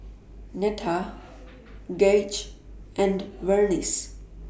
Netta Gaige and Vernice